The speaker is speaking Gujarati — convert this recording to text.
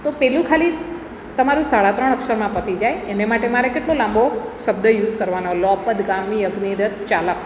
તો પેલું ખાલી તમારું સાડા ત્રણ અક્ષરમાં પતી જાય એને માટે મારે કેટલો લાંબો શબ્દ યુઝ કરવાનો લોપદગામી અગ્નિરથ ચાલક